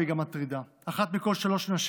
והיא גם מטרידה: אחת מכל שלוש נשים